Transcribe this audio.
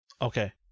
Okay